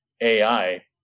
AI